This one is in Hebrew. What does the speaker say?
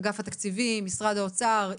לאגף התקציבים במשרד האוצר,